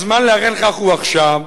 הזמן להיערך לכך הוא עכשיו,